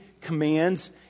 commands